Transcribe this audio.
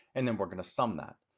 and then we're gonna sum that.